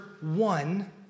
One